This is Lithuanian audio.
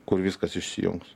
kur viskas išsijungs